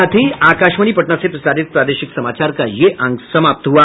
इसके साथ ही आकाशवाणी पटना से प्रसारित प्रादेशिक समाचार का ये अंक समाप्त हुआ